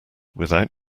without